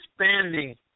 expanding